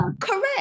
Correct